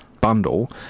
bundle